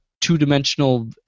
two-dimensional